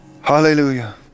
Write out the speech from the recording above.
Hallelujah